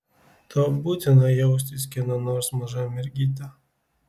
tau būtina jaustis kieno nors maža mergyte